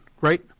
right